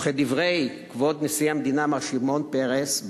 וכדברי כבוד נשיא המדינה מר שמעון פרס,